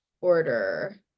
Order